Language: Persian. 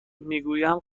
میگویم